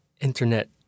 Internet